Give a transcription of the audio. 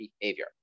behavior